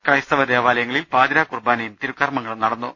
ക്രൈസ്ത ദേവാലയങ്ങളിൽ പാതിരാ കുർബ്ബാനയും തിരുകർമ്മങ്ങളും നടന്നു